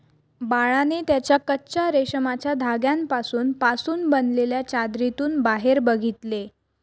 बाळाने त्याच्या कच्चा रेशमाच्या धाग्यांपासून पासून बनलेल्या चादरीतून बाहेर बघितले